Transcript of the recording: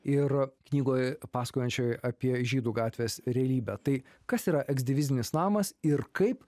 ir knygoj pasakojančioj apie žydų gatvės realybę tai kas yra eksdifizinis namas ir kaip